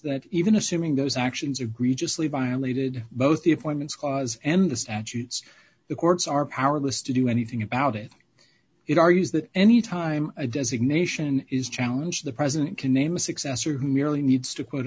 that even assuming those actions agree just leave violated both the appointments clause and the statutes the courts are powerless to do anything about it it argues that any time a designation is challenged the president can name a successor who merely needs to quote